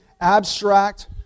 abstract